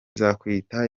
nzamwita